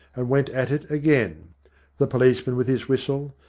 and went at it again the policeman with his whistle,